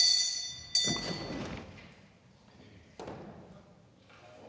hvad er det